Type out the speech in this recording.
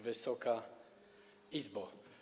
Wysoka Izbo!